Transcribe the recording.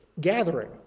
gathering